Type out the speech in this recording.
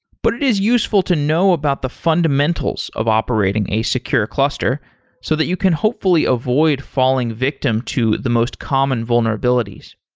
but it is useful to know about the fundamentals of operating a secure cluster so that you can hopefully avoid falling victim to the most common vulnerabilities.